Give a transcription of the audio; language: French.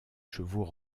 chevaux